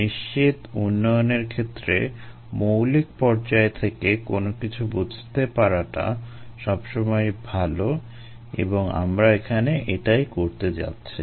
নিশ্চিত উন্নয়নের ক্ষেত্রে মৌলিক পর্যায় থেকে কোনো কিছু বুঝতে পারাটা সবসময় ভালো এবং আমরা এখানে এটাই করতে চাচ্ছি